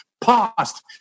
past